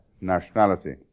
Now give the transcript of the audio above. nationality